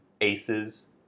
aces